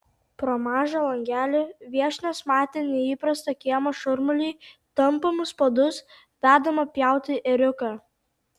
pro mažą langelį viešnios matė neįprastą kiemo šurmulį tampomus puodus vedamą pjauti ėriuką